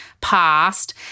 past